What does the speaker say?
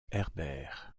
herbert